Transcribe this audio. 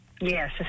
Yes